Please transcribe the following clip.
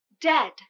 Dead